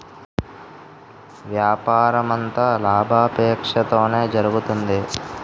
వ్యాపారమంతా లాభాపేక్షతోనే జరుగుతుంది